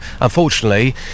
unfortunately